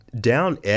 Down